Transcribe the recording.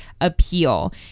appeal